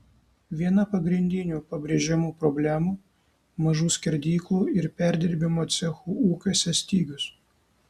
viena pagrindinių pabrėžiamų problemų mažų skerdyklų ir perdirbimo cechų ūkiuose stygius